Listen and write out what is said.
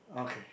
okay